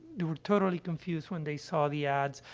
they were totally confused when they saw the ads.